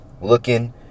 looking